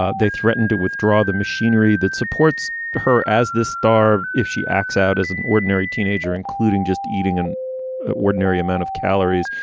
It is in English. ah they threatened to withdraw the machinery that supports her as the star if she acts out as an ordinary teenager including just eating an ordinary amount of calories.